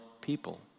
people